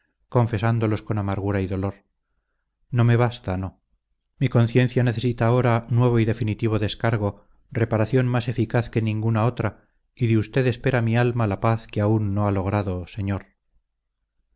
confesándolos con amargura y dolor no me basta no mi conciencia necesita ahora nuevo y definitivo descargo reparación más eficaz que ninguna otra y de usted espera mi alma la paz que aún no ha logrado señor